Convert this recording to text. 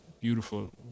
beautiful